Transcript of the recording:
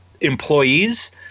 employees